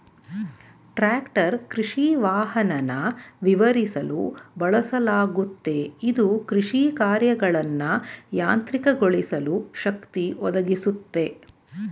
tractor ಕೃಷಿವಾಹನನ ವಿವರಿಸಲು ಬಳಸಲಾಗುತ್ತೆ ಇದು ಕೃಷಿಕಾರ್ಯಗಳನ್ನ ಯಾಂತ್ರಿಕಗೊಳಿಸಲು ಶಕ್ತಿ ಒದಗಿಸುತ್ತೆ